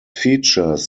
features